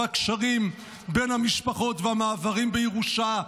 והקשרים בין המשפחות והמעברים בירושה,